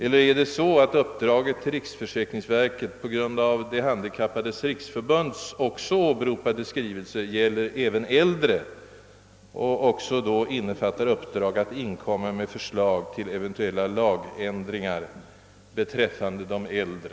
Eller är det så att uppdraget till riksförsäkringsverket på grund av De handikappades riksförbunds också i svaret åberopade skrivelse gäller även äldre och då också innefattar uppdrag att inkomma med förslag till eventuella lagändringar beträffande de äldre?